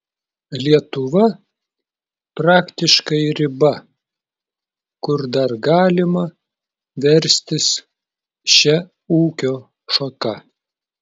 lietuva praktiškai riba kur dar galima verstis šia ūkio šaka